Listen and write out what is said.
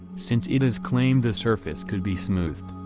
since it is claimed the surface could be smoothed.